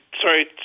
sorry